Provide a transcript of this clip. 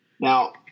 Now